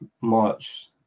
March